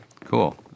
Cool